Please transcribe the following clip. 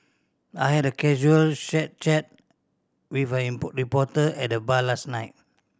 I had a casual chat with a reporter at the bar last night